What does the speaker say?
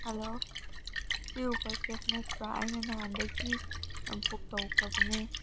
hello ꯁꯤ Uber cab ꯅꯠꯇ꯭ꯔꯣ ꯑꯩꯅ ꯅꯍꯥꯟꯗꯒꯤ ꯕꯨꯛ ꯇꯧꯈ꯭ꯔꯕꯅꯦ